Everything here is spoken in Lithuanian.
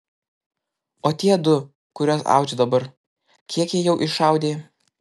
o tie du kuriuos audžia dabar kiek jie jau išaudė